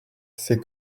c’est